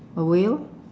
a whale